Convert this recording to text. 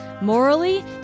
Morally